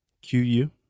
Q-U